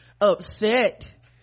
upset